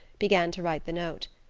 began to write the note.